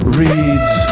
reads